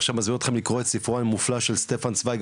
אני עכשיו מזמין אותכם לקרוא את ספרו המופלא של סטפן סוייג,